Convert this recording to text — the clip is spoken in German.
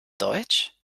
deutsch